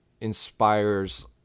inspires